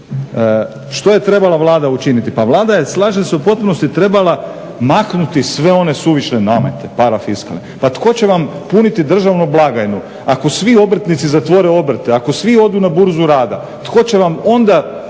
Što je trebala Vlada učiniti? Pa Vlada je, slažem se u potpunosti, trebala maknuti sve one suvišne namete parafiskalne. Pa tko će vam puniti državnu blagajnu ako svi obrtnici zatvore obrte, ako svi odu na Burzu rada? Tko će vam onda